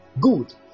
Good